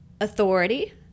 authority